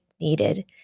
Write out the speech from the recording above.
needed